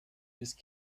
ist